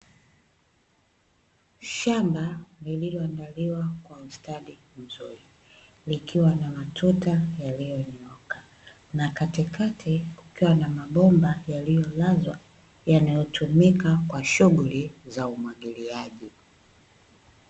Shamba lililoandaliwa kwa ustadi mzuri likiwa na matuta yaliyo nyooka, na katikati kukiwa na mabomba yaliyo lazwa yanayotumika kwa shughuli za umwagiliaji.